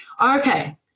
Okay